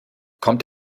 kommt